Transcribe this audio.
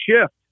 shift